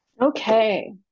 Okay